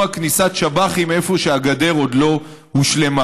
כניסת שב"חים איפה שהגדר עוד לא הושלמה,